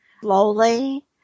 slowly